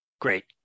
Great